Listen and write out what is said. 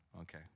Okay